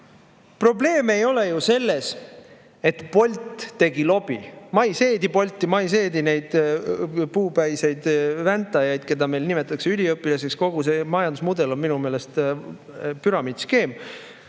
ei ole ju selles, et Bolt tegi lobi. Ma ei seedi Bolti. Ma ei seedi neid puupäiseid väntajaid, keda meil nimetatakse üliõpilasteks. Kogu see majandusmudel on minu meelest püramiidskeem.